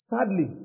Sadly